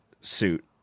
suit